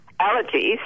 allergies